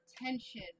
attention